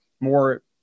more